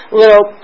little